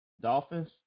Dolphins